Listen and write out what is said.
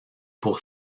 pour